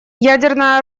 ядерное